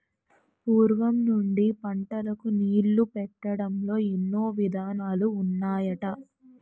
పూర్వం నుండి పంటలకు నీళ్ళు పెట్టడంలో ఎన్నో విధానాలు ఉన్నాయట